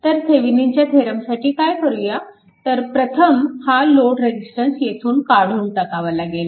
तर थेविनिनच्या थेरमसाठी काय करूया तर प्रथम हा लोड रेजिस्टन्स येथून काढून टाकावा लागेल